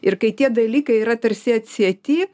ir kai tie dalykai yra tarsi atsieti